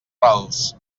rals